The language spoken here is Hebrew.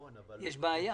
יש בעיה.